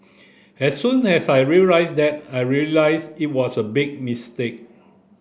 as soon as I said that I realised it was a big mistake